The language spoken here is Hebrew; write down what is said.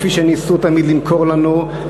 כפי שניסו תמיד למכור לנו,